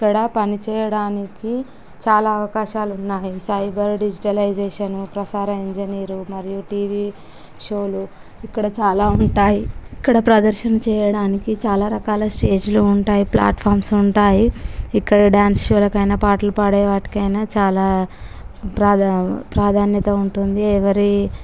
ఇక్కడ పనిచేయడానికి చాలా అవకాశాలు ఉన్నాయి సైబర్ డిజిటలైజేషన్ ప్రసార ఇంజనీరు మరియు టీవి షోలు ఇక్కడ చాలా ఉంటాయి ఇక్కడ ప్రదర్శన చేయడానికి చాలా రకాల స్టేజీలు ఉంటాయి ప్లాట్ఫార్మ్స్ ఉంటాయి ఇక్కడ డాన్స్ షోలకి అయినా పాటలు పాడేవాటికైనా చాలా ప్రాదా ప్రాధాన్యత ఉంటుంది ఎవరి